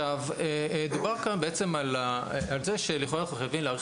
דובר כאן על זה שלכאורה אנחנו חייבים להאריך